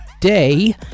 Day